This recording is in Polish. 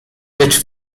lecz